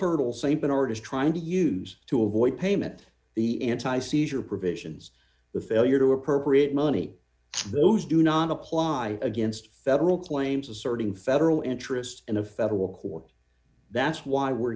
hurdle st bernard is trying to use to avoid payment the anti seizure provisions the failure to appropriate money for those do not apply against federal claims asserting federal interest in a federal court that's why we're